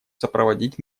сопроводить